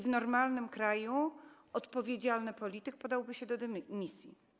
W normalnym kraju odpowiedzialny polityk podałby się do dymisji.